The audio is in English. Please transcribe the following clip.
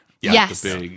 Yes